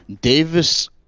Davis